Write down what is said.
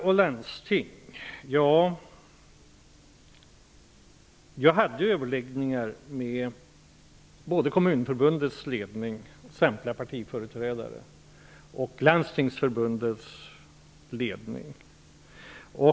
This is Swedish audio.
Jag hade överläggningar med Kommunförbundets ledning, samtliga partiföreträdare och Landstingsförbundets ledning.